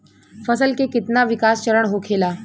फसल के कितना विकास चरण होखेला?